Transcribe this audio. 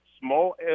small